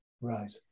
Right